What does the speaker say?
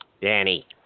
Danny